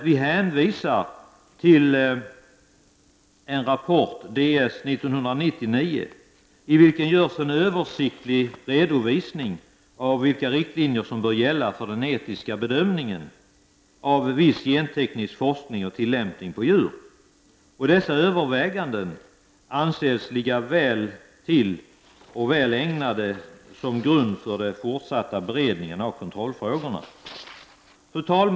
Vi hänvisar i stället till en rapport, DS 1990:9, i vilken görs en översiktlig redovisning av vilka riktlinjer som bör gälla för den etiska bedömningen av viss genteknisk forskning och genteknisk tilllämpning på djur. Dessa överväganden anses ligga väl till och vara väl ägnade att utgöra en grund för den fortsatta beredningen av kontrollfrågorna. Fru talman!